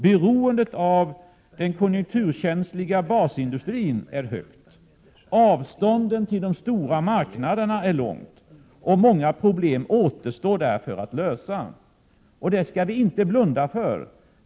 Beroendet av den konjunkturkänsliga basindustrin är stort. Avståndet till de stora marknaderna är långt. Många problem återstår därför att lösa, och det skall vi inte blunda för.